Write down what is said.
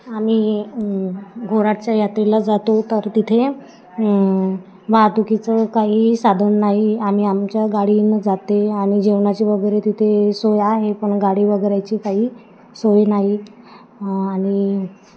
आम्ही घोराटच्या यात्रेला जातो तर तिथे वाहतुकीचं काही साधन नाही आम्ही आमच्या गाडीनं जाते आणि जेवणाची वगैरे तिथे सोय आहे पण गाडी वगैरेची काही सोय नाही आणि